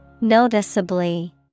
Noticeably